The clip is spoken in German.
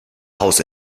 haus